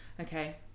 Okay